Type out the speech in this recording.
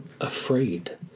afraid